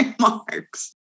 remarks